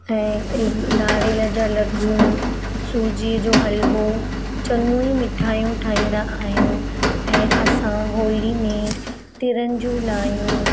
ऐं नारेल जा लॾूं सूजी जो हलवो चङियूं ई मिठाइयूं ठाईंदा आहियूं ऐं असां होली में तिरनि जियूं लाइयूं